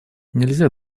нельзя